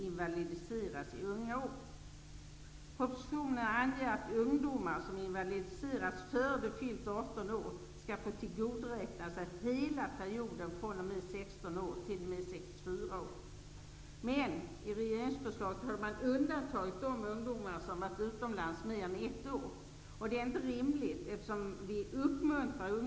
I de större svenska företagen föreligger sannolikt också pensionsavtal för medföljande make och familjemedlemmar.